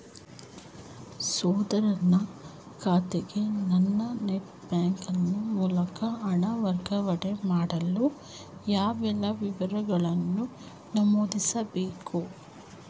ಸಹೋದರನ ಖಾತೆಗೆ ನಾನು ನೆಟ್ ಬ್ಯಾಂಕಿನ ಮೂಲಕ ಹಣ ವರ್ಗಾವಣೆ ಮಾಡಲು ಯಾವೆಲ್ಲ ವಿವರಗಳನ್ನು ನಮೂದಿಸಬೇಕು?